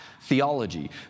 theology